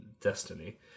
Destiny